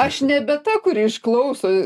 aš nebe ta kuri išklauso